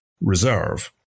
reserve